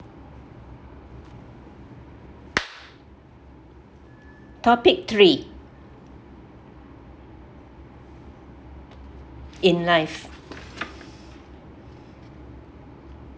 topic three in life